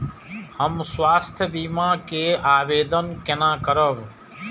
हम स्वास्थ्य बीमा के आवेदन केना करब?